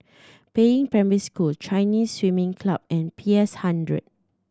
Peiying Primary School Chinese Swimming Club and P S Hundred